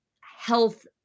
health